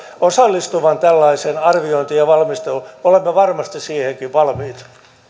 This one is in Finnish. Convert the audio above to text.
osallistuvan tällaiseen arviointiin ja valmisteluun olemme varmasti siihenkin valmiita